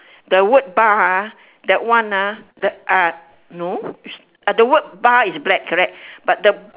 the word bar ah that one ah the ah no is uh the word bar is black correct but the